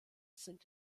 sind